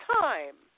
time